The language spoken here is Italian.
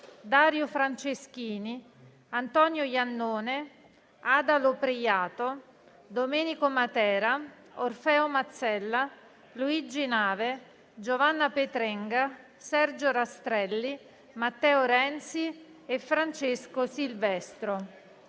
Dario Franceschini, Antonio Iannone, Ada Lopreiato, Domenico Matera, Orfeo Mazzella, Luigi Nave, Giovanna Petrenga, Sergio Rastrelli, Matteo Renzi e Francesco Silvestro;